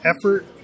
effort